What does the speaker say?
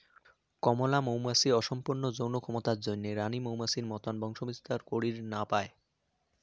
কামলা মৌমাছির অসম্পূর্ণ যৌন ক্ষমতার জইন্যে রাণী মৌমাছির মতন বংশবিস্তার করির না পায়